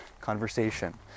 conversation